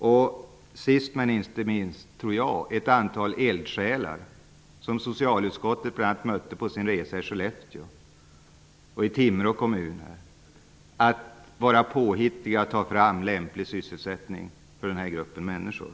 Sist men inte minst tror jag att det kommer att förutsätta att det finns ett antal eldsjälar, bl.a. sådana som socialutskottet mötte på sin resa till Skellefteå och Timrå kommuner. Det gäller att vara påhittig och att ta fram lämplig sysselsättning för den här gruppen människor.